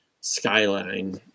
skyline